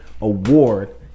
Award